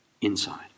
inside